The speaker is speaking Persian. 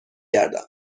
گردم